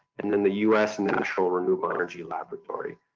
and then the u s. national renewable energy laboratory.